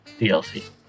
DLC